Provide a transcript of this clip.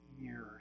years